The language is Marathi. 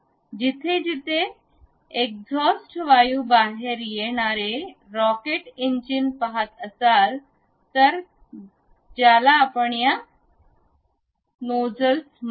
जिथे जिथे एक्झॉस्ट वायू बाहेर येणारे रॉकेट इंजिन पहात असाल तर ज्याला आपण या नोजल म्हणतो